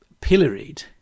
pilloried